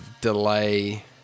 delay